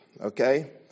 okay